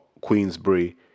Queensbury